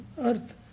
earth